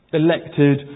elected